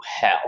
hell